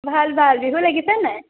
ভাল ভাল বিহু লাগিছেনে নাই